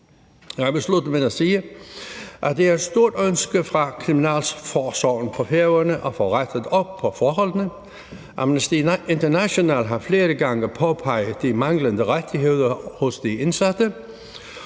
Jeg vil slutte med at sige, at det er et stort ønske fra kriminalforsorgen på Færøerne at få rettet op på forholdene. Amnesty International har flere gange påpeget de manglende rettigheder for de indsatte